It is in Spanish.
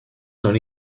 son